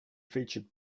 featured